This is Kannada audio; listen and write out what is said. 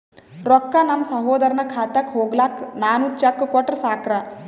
ರೊಕ್ಕ ನಮ್ಮಸಹೋದರನ ಖಾತಕ್ಕ ಹೋಗ್ಲಾಕ್ಕ ನಾನು ಚೆಕ್ ಕೊಟ್ರ ಸಾಕ್ರ?